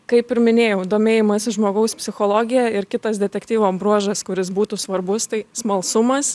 kaip ir minėjau domėjimasis žmogaus psichologija ir kitas detektyvo bruožas kuris būtų svarbus tai smalsumas